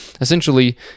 essentially